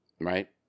right